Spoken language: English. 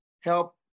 help